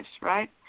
right